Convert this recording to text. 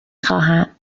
خواهم